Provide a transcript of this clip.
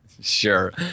Sure